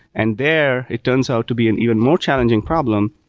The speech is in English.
and there, it turns out to be an even more challenging problem,